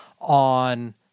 on